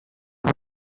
two